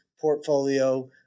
portfolio